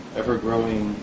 ever-growing